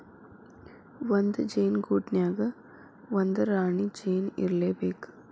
ಒಂದ ಜೇನ ಗೂಡಿನ್ಯಾಗ ಒಂದರ ರಾಣಿ ಜೇನ ಇರಲೇಬೇಕ